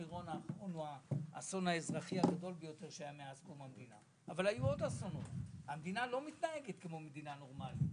לא מתנהגת במקרים כאלה כמו מדינה נורמלית.